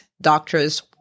doctors